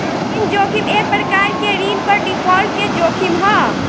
ऋण जोखिम एक प्रकार के ऋण पर डिफॉल्ट के जोखिम ह